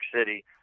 city